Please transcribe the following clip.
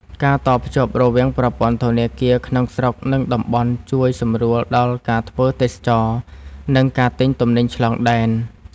ការតភ្ជាប់រវាងប្រព័ន្ធធនាគារក្នុងស្រុកនិងតំបន់នឹងជួយសម្រួលដល់ការធ្វើទេសចរណ៍និងការទិញទំនិញឆ្លងដែន។